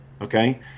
okay